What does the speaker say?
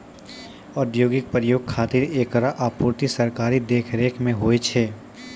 औद्योगिक प्रयोग खातिर एकरो आपूर्ति सरकारी देखरेख म होय छै